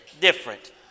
different